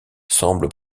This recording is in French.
semble